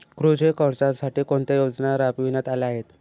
कृषी कर्जासाठी कोणत्या योजना राबविण्यात आल्या आहेत?